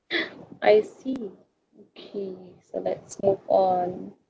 I see okay so let's move on